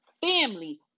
Family